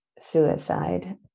suicide